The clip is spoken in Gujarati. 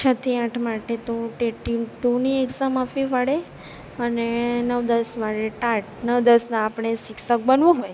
છ થી આઠ માટે તો ટેટ ટુની એકઝામ આપવી પડે અને નવ દસ માટે ટાટ નવ દસના આપણે શિક્ષક બનવું હોય